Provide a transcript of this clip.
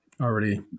already